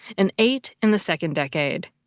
and eight in the second decade.